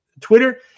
Twitter